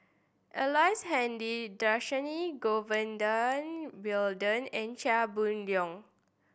Ellice Handy Dhershini Govin Winodan and Chia Boon Leong